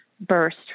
burst